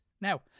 Now